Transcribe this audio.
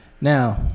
Now